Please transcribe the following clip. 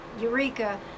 Eureka